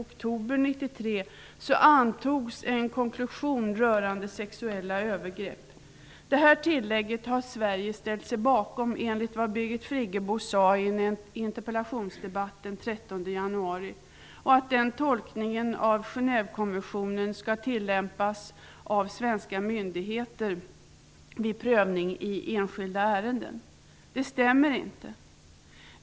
Det här tillägget har Sverige ställt sig bakom enligt vad Birgit Friggebo sade i en interpellationsdebatt den 13 januari, och att den tolkningen av Genevekonventionen skall tillämpas av svenska myndigheter vid prövning av enskilda ärenden. Det stämmer inte.